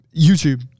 YouTube